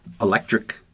electric